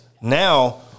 now